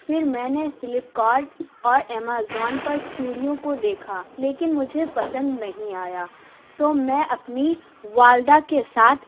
پھر میں نے فلپ کارٹ اور ایمیزون پر چوڑیوں کو دیکھا لیکن مجھے پسند نہیں آیا تو میں اپنی والدہ کے ساتھ